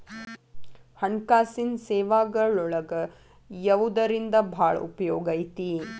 ಹಣ್ಕಾಸಿನ್ ಸೇವಾಗಳೊಳಗ ಯವ್ದರಿಂದಾ ಭಾಳ್ ಉಪಯೊಗೈತಿ?